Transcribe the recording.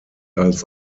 als